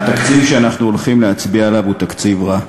התקציב שאנחנו הולכים להצביע עליו הוא תקציב רע.